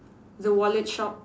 the wallet shop